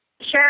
Sure